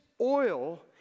oil